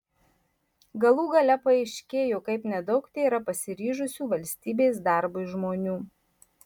galų gale paaiškėjo kaip nedaug tėra pasiryžusių valstybės darbui žmonių